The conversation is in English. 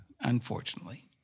Unfortunately